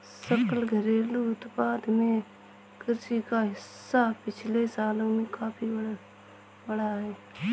सकल घरेलू उत्पाद में कृषि का हिस्सा पिछले सालों में काफी बढ़ा है